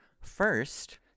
First